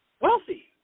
wealthy